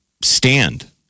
stand